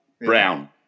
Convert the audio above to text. Brown